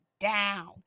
down